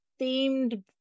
themed